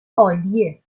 عالیه